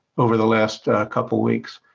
over the last couple weeks.